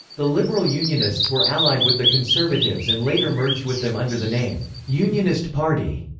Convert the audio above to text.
the liberal unionists were allied with the conservatives and later merged with them under the name unionist party,